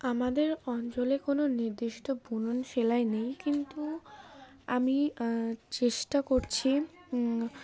আমাদের অঞ্চলে কোনো নির্দিষ্ট বুনন সেলাই নেই কিন্তু আমি চেষ্টা করছি